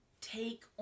take